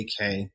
AK